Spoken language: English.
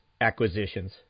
acquisitions